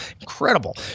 Incredible